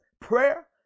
Prayer